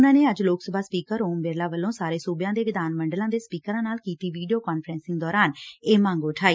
ਉਨ੍ਹਾਂ ਨੇ ਅੱਜ ਲੋਕ ਸਭਾ ਸਪੀਕਰ ਓਮ ਬਿਰਲਾ ਵੱਲੋਂ ਸਾਰੇ ਸੂਬਿਆਂ ਦੇ ਵਿਧਾਨ ਮੰਡਲਾਂ ਦੇ ਸਪੀਕਰਾਂ ਨਾਲ ਕੀਤੀ ਵੀਡੀਓ ਕਾਨਫਰੰਸਿੰਗ ਦੌਰਾਨ ਇਹ ਮੰਗ ਉਠਾਈ